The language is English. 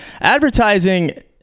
Advertising